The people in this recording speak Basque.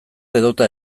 edota